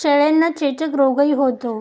शेळ्यांना चेचक रोगही होतो